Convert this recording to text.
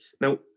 Now